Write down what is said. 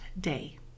day